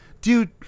dude